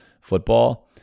football